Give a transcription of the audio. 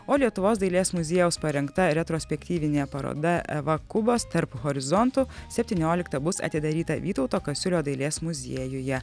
o lietuvos dailės muziejaus parengta retrospektyvinė paroda eva kubos tarp horizontų septynioliktą bus atidaryta vytauto kasiulio dailės muziejuje